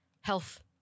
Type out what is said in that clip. Health